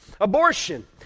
Abortion